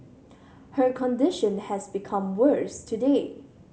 her condition has become worse today